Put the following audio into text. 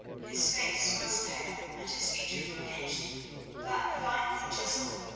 his face was pale, and his features were pinched but finely-chiselled,